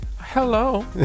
hello